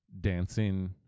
dancing